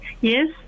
Yes